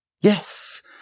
Yes